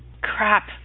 Crap